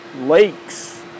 Lakes